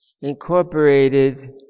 incorporated